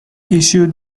issued